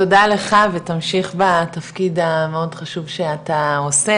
תודה לך ותמשיך בתפקיד המאוד חשוב שאתה עושה